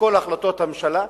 לכל החלטות הממשלה,